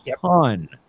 ton